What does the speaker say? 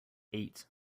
eight